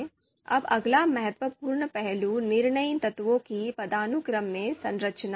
अब अगला महत्वपूर्ण पहलू निर्णय तत्वों की पदानुक्रम में संरचना है